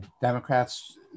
Democrats